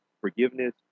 forgiveness